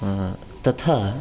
तथा